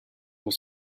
will